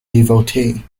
devotee